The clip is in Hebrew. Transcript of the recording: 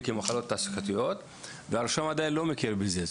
כמחלות תעסוקתיות והרשם עדיין לא מכיר בזה.